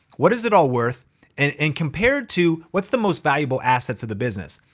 what is it all worth and and compared to what's the most valuable assets of the business?